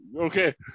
okay